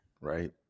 right